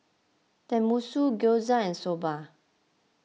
Tenmusu Gyoza and Soba